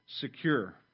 secure